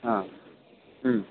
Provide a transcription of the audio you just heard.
ಹಾಂ ಹ್ಞ್